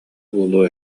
буолуо